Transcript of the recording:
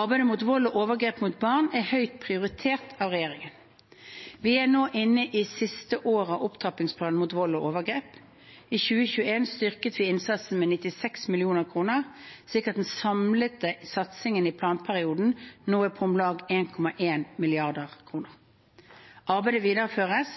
Arbeidet mot vold og overgrep mot barn er høyt prioritert av regjeringen. Vi er nå inne i siste året av opptrappingsplanen mot vold og overgrep. I 2021 styrker vi innsatsen med 96 mill. kr, slik at den samlede satsingen i planperioden nå er på om lag 1,1 mrd. kr. Arbeidet videreføres,